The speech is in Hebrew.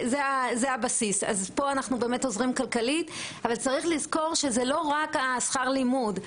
זה הבסיס ואנחנו עוזרים כלכלית אבל צריך לזכור שזה לא רק שכר הלימוד,